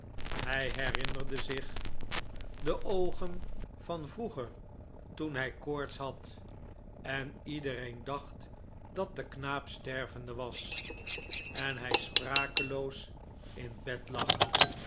hij herinnerde zich die oogen van vroeger toen hij koorts had en iedereen dacht dat de knaap stervende was en hij sprakeloos in bed lag